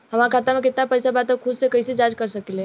हमार खाता में केतना पइसा बा त खुद से कइसे जाँच कर सकी ले?